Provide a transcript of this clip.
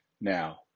Now